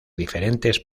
diferentes